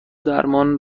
درمان